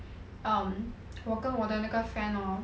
um 我跟我的那个 friend hor